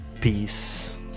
peace